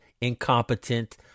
incompetent